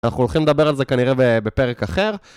אנחנו הולכים לדבר על זה כנראה בפרק אחר